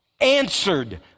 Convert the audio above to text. answered